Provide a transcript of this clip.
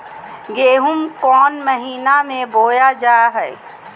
गेहूँ कौन महीना में बोया जा हाय?